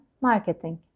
marketing